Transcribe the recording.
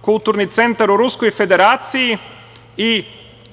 kulturni centar u Ruskoj Federaciji i